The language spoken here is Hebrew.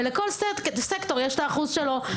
ולכל סקטור יש את האחוז שלו.